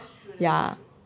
ya